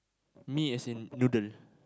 mee as in noodle